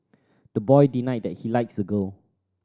the boy denied that he likes the girl